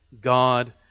God